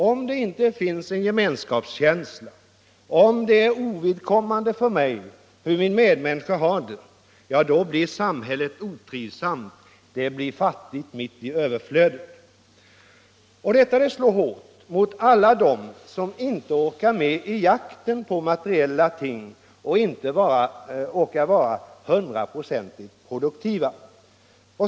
Om det inte finns en gemenskapskänsla, om det är ovidkommande för mig hur min medmänniska har det, då blir samhället otrivsamt — det blir fattigt mitt i överflödet. Detta slår hårt mot alla dem som inte orkar med i jakten på materiella ting och inte orkar vara hundraprocentigt produktiva.